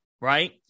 Right